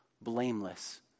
blameless